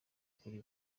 kuri